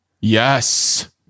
yes